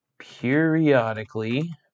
periodically